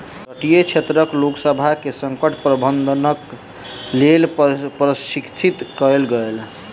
तटीय क्षेत्रक लोकसभ के संकट प्रबंधनक लेल प्रशिक्षित कयल गेल